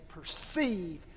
perceive